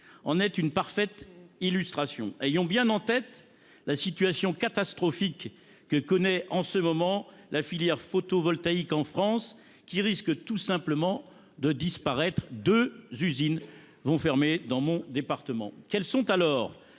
en sont une parfaite illustration. Ayons bien en tête la situation catastrophique que connaît en ce moment la filière photovoltaïque en France : elle risque tout simplement de disparaître. Deux usines vont fermer dans mon département. Quelles sont les